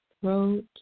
throat